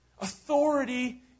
Authority